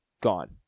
gone